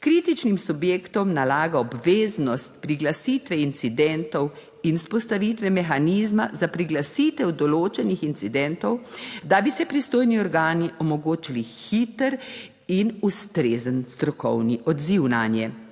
Kritičnim subjektom nalaga obveznost priglasitve incidentov in vzpostavitve mehanizma za priglasitev določenih incidentov, da bi se pristojni organi omogočili hiter in ustrezen strokovni odziv nanje.